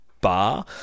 bar